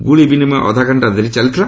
ଗୁଳି ବିନିମୟ ଅଧଘକ୍ଷା ଧରି ଚାଲିଥିଲା